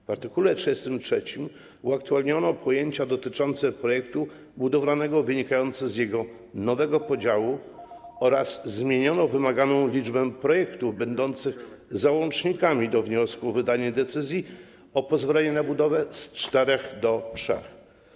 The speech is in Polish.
W art. 33 uaktualniono pojęcia dotyczące projektu budowlanego, wynikające z jego nowego podziału, a także zmieniono wymaganą liczbę projektów będących załącznikami do wniosku o wydanie decyzji w sprawie pozwolenia na budowę z czterech do trzech.